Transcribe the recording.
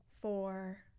four